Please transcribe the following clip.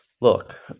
Look